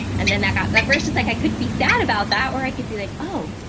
and then that got that first. it's like, i could be sad about that or i could be like, oh,